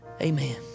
Amen